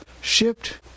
Shipped